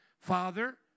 Father